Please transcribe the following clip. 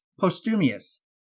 Postumius